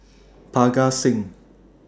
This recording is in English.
Parga Singh